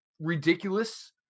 ridiculous